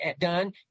done